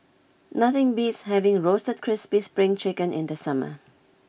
nothing beats having Roasted Crispy Spring Chicken in the summer